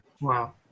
wow